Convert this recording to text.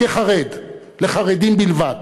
כחרד לחרדים בלבד,